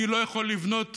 אני לא יכול לבנות